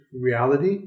reality